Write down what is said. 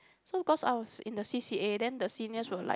so cause I was in the C_C_A then the seniors were like